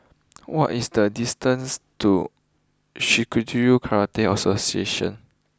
what is the distance to Shitoryu Karate Association